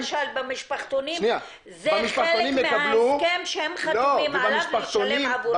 במשפחתונים זה חלק מההסכם שהם חתומים עליו ולשלם עבור זה.